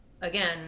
Again